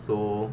so